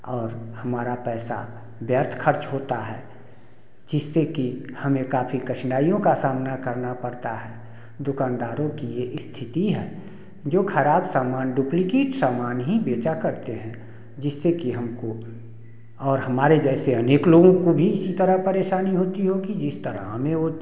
और हमारा पैसा व्यर्थ खर्ज होता है जिससे कि हमें काफी कठिनाइयों का सामना करना पड़ता है दुकानदारों की ये स्थिति है जो खराब समान डुप्लिकेट सामान ही बेचा करते हैं जिससे की हमको और हमारे जैसे अनेक लोगों को भी इसी तरह परेशानी होती होगी जिस तरह हमें होती है